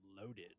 loaded